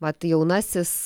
vat jaunasis